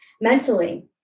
mentally